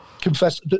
confess